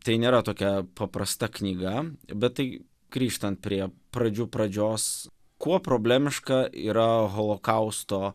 tai nėra tokia paprasta knyga bet tai grįžtant prie pradžių pradžios kuo problemiška yra holokausto